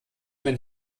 wenn